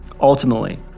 Ultimately